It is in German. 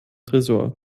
tresor